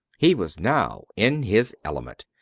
he was now in his element.